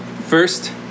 First